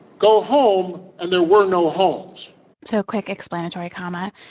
go home. and there were no homes so quick explanatory comment.